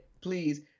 please